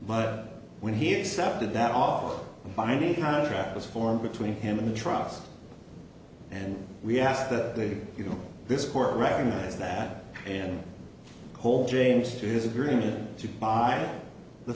but when he accepted that offer binding contract was formed between him and the trucks and we ask that they do you know this court recognize that and hold james to his agreement to buy the